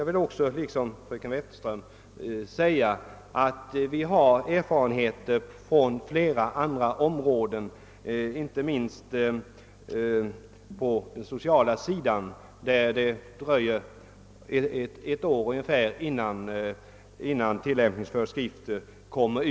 Vi har, som fröken Wetterström också framhöll, erfarenheter från flera andra områden, inte minst det sociala, av att det kan dröja ungefär ett år innan tillämpningsföreskrifter utfärdas.